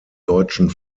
deutschen